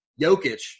Jokic